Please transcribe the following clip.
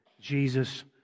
Jesus